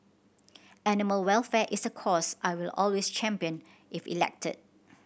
animal welfare is a cause I will always champion if elected